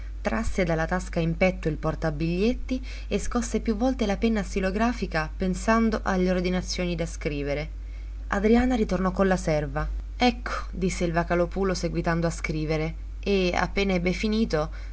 trasse dalla tasca in petto il portabiglietti e scosse più volte la penna stilografica pensando alle ordinazioni da scrivere adriana ritornò con la serva ecco disse il vocalòpulo seguitando a scrivere e appena ebbe finito